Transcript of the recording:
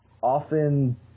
Often